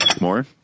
more